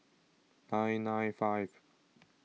nine nine five